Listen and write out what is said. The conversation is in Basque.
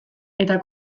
eta